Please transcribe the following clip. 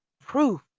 proof